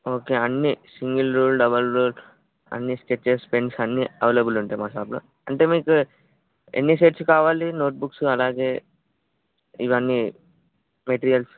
okay అన్నీ single ruled double ruled అన్నీ sketches pens అన్నీ అవైలబుల్లో ఉంటాయి మా షాప్లో అంటే మీకు ఎన్ని సెట్స్ కావాలి నోట్బుక్స్ అలాగే ఇవన్నీ మెటీరియల్స్